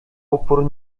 upór